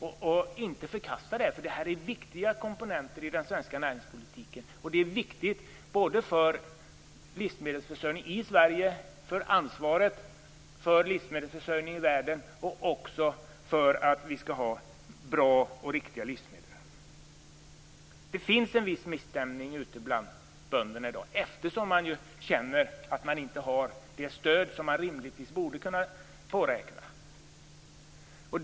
Vi får inte förkasta det här, för det är viktiga komponenter i den svenska näringspolitiken. Det är viktigt för livsmedelsförsörjningen i Sverige, för ansvaret för livsmedelsförsörjningen i världen och för att vi skall ha bra och riktiga livsmedel. Det finns en viss misstämning ute bland bönderna i dag eftersom man känner att man inte har det stöd som man rimligtvis borde kunna påräkna.